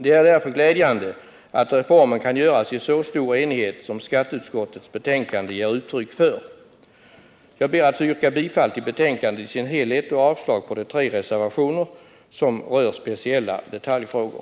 Det är därför glädjande att reformen kan göras i så stor enighet som skatteutskottets betänkande ger uttryck för. Jag ber att få yrka bifall till utskottets hemställan i dess helhet och avslag på de tre reservationerna som rör speciella detaljfrågor.